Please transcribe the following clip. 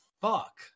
fuck